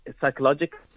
psychological